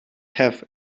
have